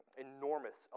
enormous